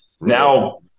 now